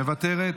מוותרת,